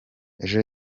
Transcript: ejo